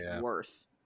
worth